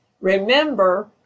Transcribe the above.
Remember